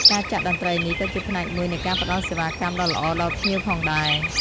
ការចាក់តន្រ្តីនេះក៏ជាផ្នែកមួយនៃការផ្តល់សេវាកម្មដ៏ល្អដល់ភ្ញៀវផងដែរ។